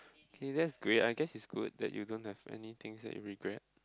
okay that's great I guess is good that you don't have anythings that you regret